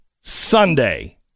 Sunday